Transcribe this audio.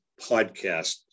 podcast